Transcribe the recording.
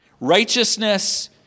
Righteousness